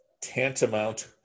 tantamount